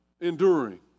Enduring